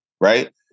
right